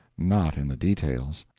not in the details.